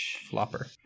flopper